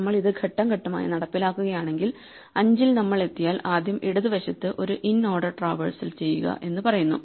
നമ്മൾ ഇത് ഘട്ടം ഘട്ടമായി നടപ്പിലാക്കുകയാണെങ്കിൽ 5 ൽ നമ്മൾ എത്തിയാൽ ആദ്യം ഇടത് വശത്ത് ഒരു ഇൻഓർഡർ ട്രാവേഴ്സൽ ചെയ്യുക എന്ന് പറയുന്നു